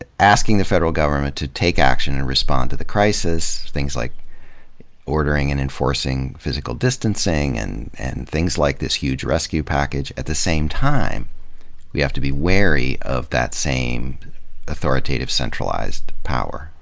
asking the federal government to take action and respond to the crisis, things like ordering and enforcing physical distancing and and things like this huge rescue package, at the same time we have to be wary of that same authoritative, centralized power.